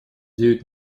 девять